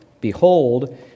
Behold